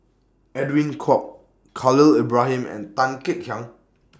Edwin Koek Khalil Ibrahim and Tan Kek Hiang